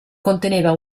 conteneva